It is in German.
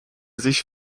sich